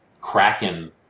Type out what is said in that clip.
kraken